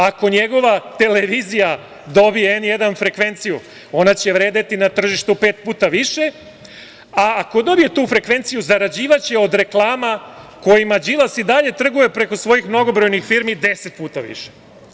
Ako njegova televizija dobije N1 frekvenciju, ona će vredeti na tržištu pet puta više, a ako dobije tu frekvenciju, zarađivaće od reklama kojima Đilas i dalje trguje preko svojih mnogobrojnih firmi deset puta više.